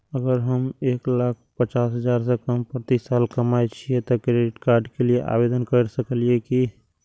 अगर हम एक लाख पचास हजार से कम प्रति साल कमाय छियै त क्रेडिट कार्ड के लिये आवेदन कर सकलियै की?